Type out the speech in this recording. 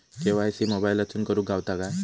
KYC मोबाईलातसून करुक गावता काय?